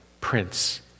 Prince